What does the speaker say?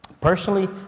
Personally